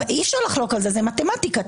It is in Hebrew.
המיקרופון שלך, יוראי.